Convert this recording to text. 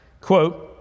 quote